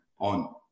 on